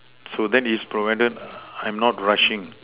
so that is provided I'm not rushing